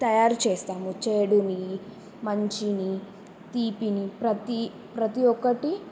తయారు చేస్తాము చెడుని మంచిని తీపిని ప్రతీ ప్రతీ ఒక్కటి